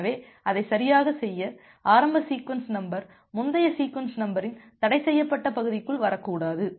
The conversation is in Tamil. எனவே அதைச் சரியாகச் செய்ய ஆரம்ப சீக்வென்ஸ் நம்பர் முந்தைய சீக்வென்ஸ் நம்பரின் தடைசெய்யப்பட்ட பகுதிக்குள் வரக்கூடாது